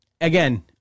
Again